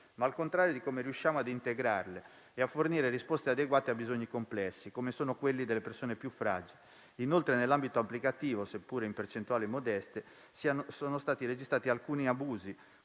ma al contrario di come riusciamo a integrarle e a fornire risposte adeguate ai bisogni complessi, come sono quelli delle persone più fragili. Inoltre, nell'ambito applicativo - seppure in percentuali modeste - sono stati registrati alcuni abusi,